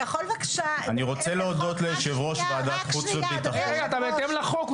אני רוצה להודות ליושב-ראש ועדת החוץ והביטחון --- בהתאם לחוק,